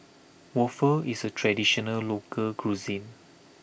waffle is a traditional local cuisine